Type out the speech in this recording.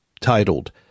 titled